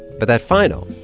but that final,